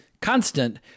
constant